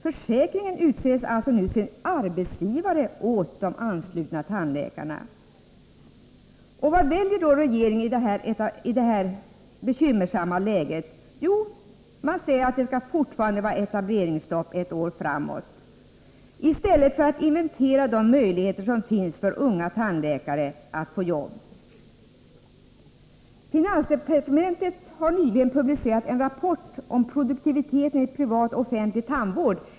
Försäkringen utses alltså till arbetsgivare åt de anslutna tandläkarna. Vad väljer då regeringen att göra i detta bekymmersamma läge? Jo, man säger alltså att det skall vara etableringsstopp ytterligare ett år. I stället borde man inventera de möjligheter som finns för unga tandläkare att få jobb. Finansdepartementet har nyligen publicerat en rapport om produkti' 'teten i privat och offentlig tandvård.